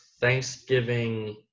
Thanksgiving